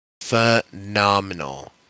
phenomenal